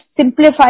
simplify